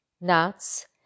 nuts